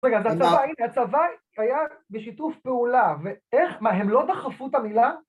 רגע, אז הצבא היה בשיתוף פעולה, ו... איך? מה, הם לא דחפו את המילה?